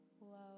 love